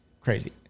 crazy